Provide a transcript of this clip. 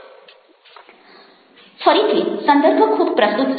ફરીથી સંદર્ભ ખૂબ પ્રસ્તુત છે